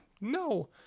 no